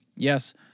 Yes